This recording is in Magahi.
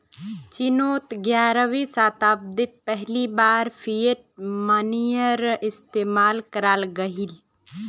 चिनोत ग्यारहवीं शाताब्दित पहली बार फ़िएट मोनेय्र इस्तेमाल कराल गहिल